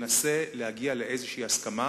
להביא להסכמה